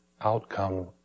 outcome